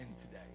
today